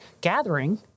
gathering